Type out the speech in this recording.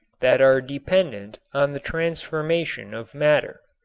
that are dependent on the transformation of matter.